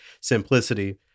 simplicity